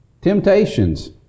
temptations